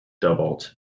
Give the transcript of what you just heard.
doubled